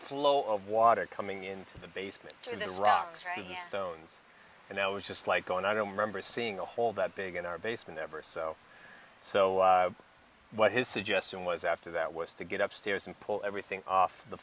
flow of water coming into the basement through the rocks stones and i was just like going i don't remember seeing a hole that big in our basement ever so so what his suggestion was after that was to get up stairs and pull everything off the